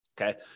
Okay